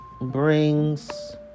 brings